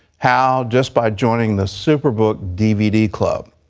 how? just by joining the superbook d v d. club.